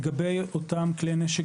לגבי אותם כלי נשק,